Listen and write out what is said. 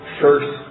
first